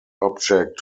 object